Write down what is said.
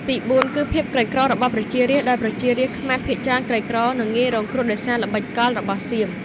ទីបួនគឺ ភាពក្រីក្ររបស់ប្រជារាស្ត្រ ដោយប្រជារាស្ត្រខ្មែរភាគច្រើនក្រីក្រ និងងាយរងគ្រោះដោយសារល្បិចកលរបស់សៀម។